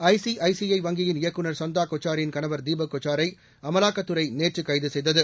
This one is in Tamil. ஐசிஐசிஐ வங்கியின் இயக்குநர் சந்தா கொச்சாரின் கணவர் தீபக் கொச்சாரை அமலாக்கத் துறை நேற்று கைது செய்தது